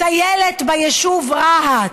טיילת ביישוב רהט,